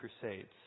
Crusades